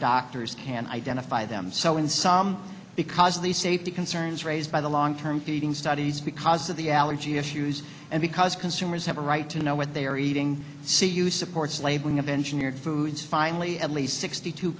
doctors can identify them so in some because of these safety concerns raised by the long term feeding studies because of the allergy issues and because consumers have a right to know what they are eating c u supports labeling of engineered foods finally at least sixty two